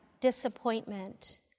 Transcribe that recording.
disappointment